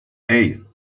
hey